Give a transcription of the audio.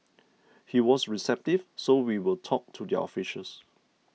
he was receptive so we will talk to their officials